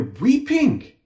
weeping